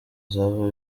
zaba